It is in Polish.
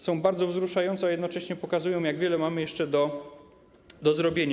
Są bardzo wzruszające, a jednocześnie pokazują, jak wiele mamy jeszcze do zrobienia.